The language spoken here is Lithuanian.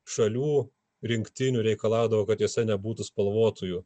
šalių rinktinių reikalaudavo kad jose nebūtų spalvotųjų